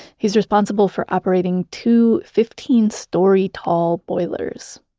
he's responsible for operating two fifteen story tall boilers,